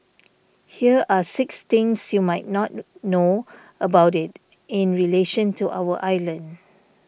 here are six things you might not know about it in relation to our island